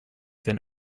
than